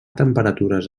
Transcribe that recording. temperatures